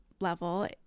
level